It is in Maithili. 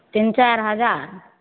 तिन चारि हजार